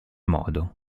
modo